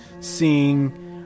seeing